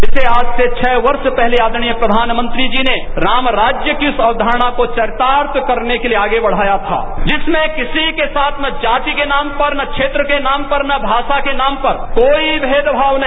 पिसे आज से छः वर्षपहले आदरणीय प्रधानमंत्री जी ने राम राज्य की इस अक्वारणा को चरितार्थ करने के लियेआगे बढ़ाया था जिसमें किसी के साथ ना जाति के नाम पर ना क्षेत्र के नाम पर ना भाषा के नाम पर कोई भेदभाव नहीं